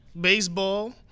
baseball